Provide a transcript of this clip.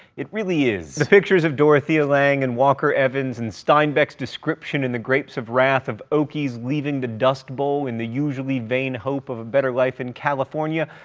it really is. the pictures of dorothea lange and walker evans, and steinbeck's description in grapes of wrath of okies leaving the dust bowl in the usually vain hope of a better life in california,